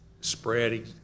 Spread